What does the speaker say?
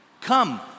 Come